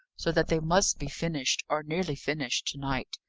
so that they must be finished, or nearly finished, to-night.